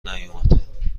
نیومد